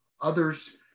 Others